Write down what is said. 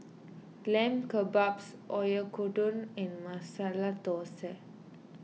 Lamb Kebabs Oyakodon and Masala Dosa